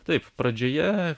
taip pradžioje